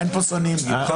אין פה שונאים, גלעד.